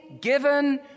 given